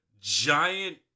giant